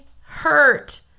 hurt